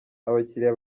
abakiriya